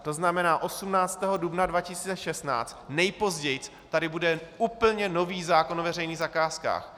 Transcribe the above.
To znamená, 18. dubna 2016 nejpozději tady bude úplně nový zákon o veřejných zakázkách.